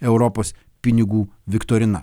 europos pinigų viktorina